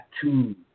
two